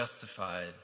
justified